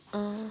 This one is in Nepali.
अँ